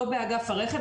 לא באגף הרכב,